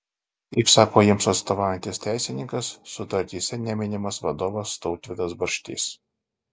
kaip sako jiems atstovaujantis teisininkas sutartyse neminimas vadovas tautvydas barštys